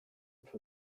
for